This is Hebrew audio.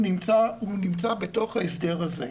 הוא נמצא בתוך ההסדר הזה.